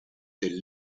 del